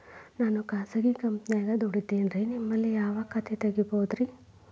ನಾನು ಖಾಸಗಿ ಕಂಪನ್ಯಾಗ ದುಡಿತೇನ್ರಿ, ನಿಮ್ಮಲ್ಲಿ ಯಾವ ಖಾತೆ ತೆಗಿಬಹುದ್ರಿ?